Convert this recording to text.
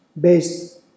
based